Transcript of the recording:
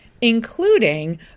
Including